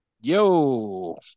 yo